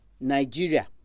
nigeria